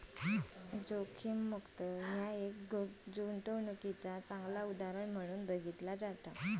जोखीममुक्त गुंतवणूकीचा एक चांगला उदाहरण म्हणून बघितला जाता